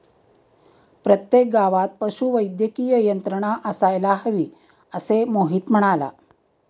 प्रत्येक गावात पशुवैद्यकीय यंत्रणा असायला हवी, असे मोहित म्हणाला